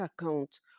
account